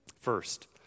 First